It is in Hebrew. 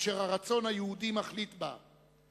אשר הרצון היהודי מחליט בה.